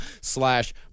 slash